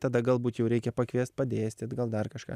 tada galbūt jau reikia pakviest padėstyt gal dar kažką